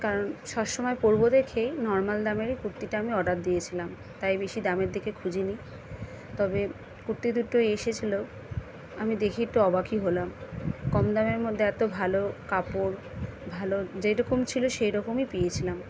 কারণ সব সমায় পরবো দেখেই নর্মাল দামের এই কুর্তিটা আমি অর্ডার দিয়েছিলাম তাই বেশি দামের দিকে খুঁজি নি তবে কুর্তি দুটো এসেছিলো আমি দেখে একটু অবাকই হলাম কম দামের মধ্যে এতো ভালো কাপড় ভালো যেই রকম ছিলো সেই রকমই পেয়েছিলাম